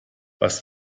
was